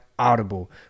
audible